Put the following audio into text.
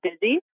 busy